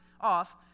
off